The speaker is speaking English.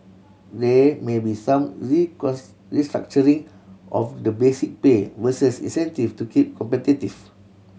there may be some restructuring of the basic pay versus incentive to keep competitive